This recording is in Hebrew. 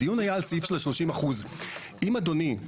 הדיון היה על סעיף של 30%. אם אתה רוצה